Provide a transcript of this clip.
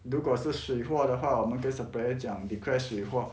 如果是水货的话我们跟 supplier 讲 declared 水货